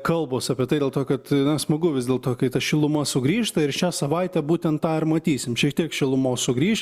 kalbos apie tai dėl to kad na smagu vis dėlto kai ta šiluma sugrįžta ir šią savaitę būtent tą ir matysim šiek tiek šilumos sugrįš